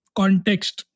context